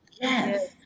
Yes